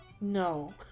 No